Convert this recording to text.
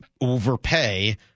overpay